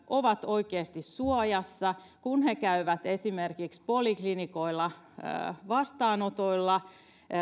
ovat oikeasti suojassa kun he käyvät esimerkiksi poliklinikoilla vastaanotoilla